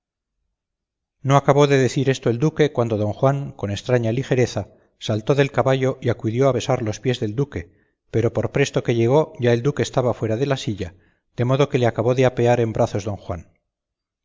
no acabó de decir esto el duque cuando don juan con estraña ligereza saltó del caballo y acudió a besar los pies del duque pero por presto que llegó ya el duque estaba fuera de la silla de modo que le acabó de apear en brazos don juan